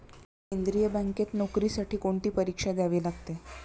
केंद्रीय बँकेत नोकरीसाठी कोणती परीक्षा द्यावी लागते?